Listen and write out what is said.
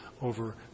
over